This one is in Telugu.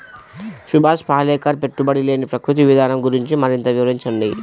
సుభాష్ పాలేకర్ పెట్టుబడి లేని ప్రకృతి విధానం గురించి మరింత వివరించండి